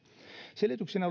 selityksenä